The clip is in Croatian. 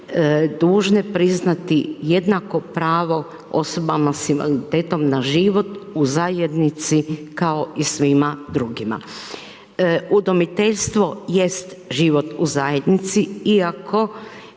dužne priznati jednako pravo osobama s invaliditetom na život u zajednici kao i svima drugima. Udomiteljstvo jest život u zajednici iako,